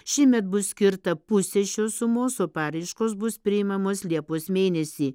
šiemet bus skirta pusė šios sumos o paraiškos bus priimamos liepos mėnesį